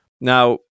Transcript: Now